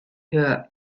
her